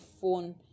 phone